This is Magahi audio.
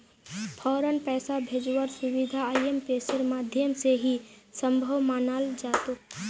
फौरन पैसा भेजवार सुबिधा आईएमपीएसेर माध्यम से ही सम्भब मनाल जातोक